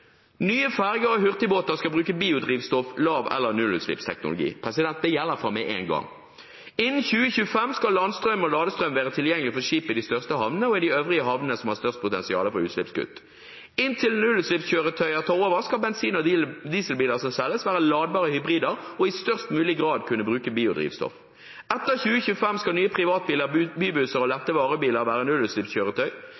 Nye ferjer og hurtigbåter skal bruke biodrivstoff, lav- eller nullutslippsteknologi – det gjelder fra og med nå. Innen 2025 skal landstrøm og ladestrøm være tilgjengelig for skip i de største havnene og i de øvrige havnene som har størst potensial for utslippskutt. Inntil nullutslippskjøretøyene tar over, skal bensin- og dieselbilene som selges, være ladbare hybrider og i størst mulig grad kunne bruke biodrivstoff. Etter 2025 skal nye privatbiler, bybusser og